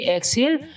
Exhale